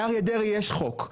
לאריה דרעי יש חוק.